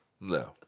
No